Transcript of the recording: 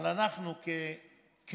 אבל אנחנו ככנסת,